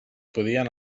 podien